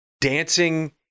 dancing